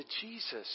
Jesus